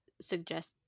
suggest